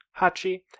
Hachi